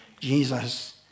Jesus